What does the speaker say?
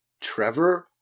Trevor